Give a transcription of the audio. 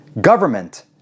Government